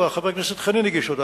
חבר הכנסת חנין הגיש אותה,